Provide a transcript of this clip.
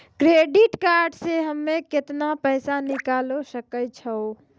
Credit card से हम्मे केतना पैसा निकाले सकै छौ?